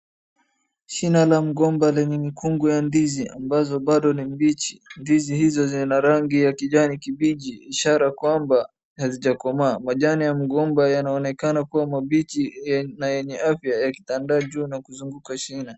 shina la mgomba lenye mkungu wa ndizi ambazo bado ni mbichi. Ndizi hizo zina rangi ya kijani kimbichi ishara kwamba hazijakomaa. Majani ya mgomba yanaonekana kuwa mambichi na yenye afya yakitandaa juu na kuzunguka shuna.